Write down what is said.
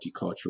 multicultural